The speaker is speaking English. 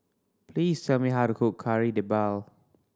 please tell me how to cook Kari Debal